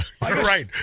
right